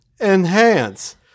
Enhance